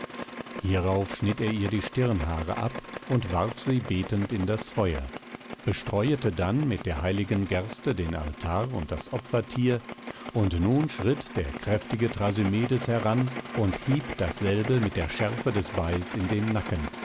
hierauf schnitt er ihr die stirnhaare ab und warf sie betend in das feuer bestreuete dann mit der heiligen gerste den altar und das opfertier und nun schritt der kräftige thrasymedes heran und hieb dasselbe mit der schärfe des beils in den nacken